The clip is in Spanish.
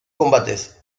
combates